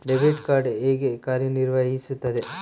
Debit card ಹೇಗೆ ಕಾರ್ಯನಿರ್ವಹಿಸುತ್ತದೆ?